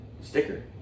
sticker